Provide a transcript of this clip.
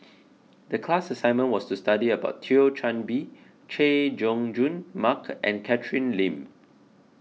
the class assignment was to study about Thio Chan Bee Chay Jung Jun Mark and Catherine Lim